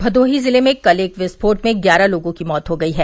भदोही ज़िले में कल एक विस्फोट में ग्यारह लोगों की मौत हो गई है